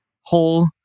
whole